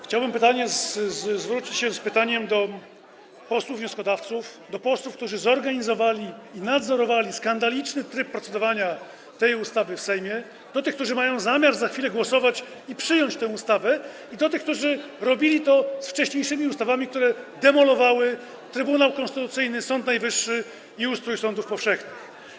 Chciałbym zwrócić się z pytaniem do posłów wnioskodawców, do posłów, którzy zorganizowali i nadzorowali skandaliczny tryb procedowania nad tą ustawą w Sejmie, do tych, którzy mają zamiar za chwilę głosować i przyjąć tę ustawę, i do tych, którzy robili to z wcześniejszymi ustawami, które demolowały Trybunał Konstytucyjny, Sąd Najwyższy i ustrój sądów powszechnych.